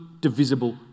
divisible